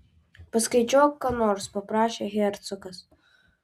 paskaičiuok ką nors paprašė hercogas